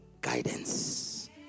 guidance